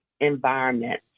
environment